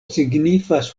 signifas